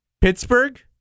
Pittsburgh